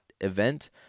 event